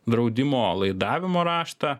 draudimo laidavimo raštą